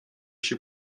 się